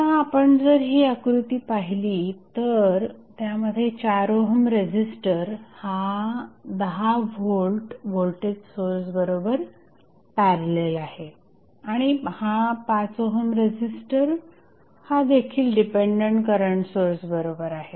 आता आपण जर ही आकृती पाहिली तर त्यामध्ये 4 ओहम रेझिस्टर हा 10 व्होल्ट व्होल्टेज सोर्स बरोबर पॅरलल आहे आणि 5 ओहम रेझिस्टर हा देखील डिपेंडंट करंट सोर्स बरोबर आहे